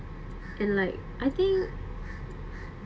and like I think